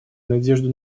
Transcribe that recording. надежду